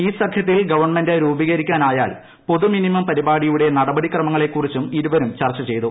ഈ സഖ്യത്തിൽ ഗവൺമെന്റ് രൂപീകരിക്കാനായാൽ പൊതു മിനിമം പരിപാടിയുടെ നടപടി ക്രമങ്ങളെക്കുറിച്ചും ഇരുവരും ചർച്ച ചെയ്തു